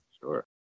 Sure